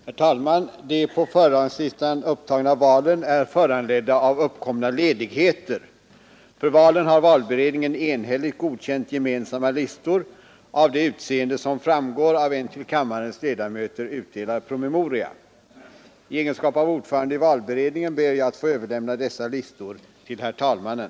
Herr talman! De på föredragningslistan upptagna valen är föranledda av uppkomna ledigheter. I egenskap av ordförande i valberedningen ber jag att få överlämna dessa listor till herr talmannen.